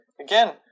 again